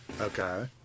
Okay